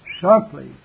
sharply